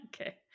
Okay